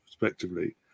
respectively